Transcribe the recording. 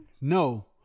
No